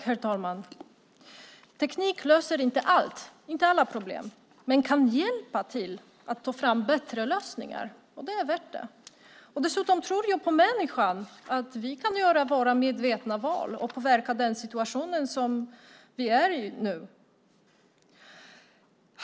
Herr talman! Teknik löser inte alla problem, men kan hjälpa till att ta fram bättre lösningar. Det är värt det. Dessutom tror jag på människan och på att vi kan göra våra medvetna val och påverka den situation som vi är i nu.